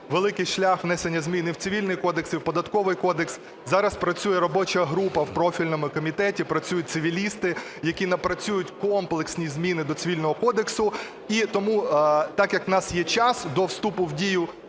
великий шлях внесення змін і в Цивільний кодекс, і в Податковий кодекс. Зараз працює робоча група в профільному комітеті, працюють цивілісти, які напрацюють комплексні зміни до Цивільного кодексу. І тому так як у нас є час до вступу в дію